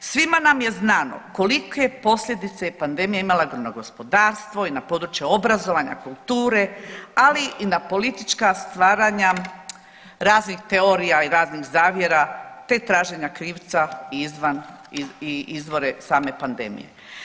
Svima nam je znano koliko je posljedice pandemija imala na gospodarstvo i na područje obrazovanja, kulture, ali i na politička stvaranja raznih teorija i raznih zavjera te traženja krivca i izvore same pandemije.